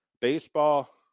Baseball